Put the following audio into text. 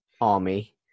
army